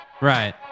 right